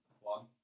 one